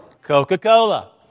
Coca-Cola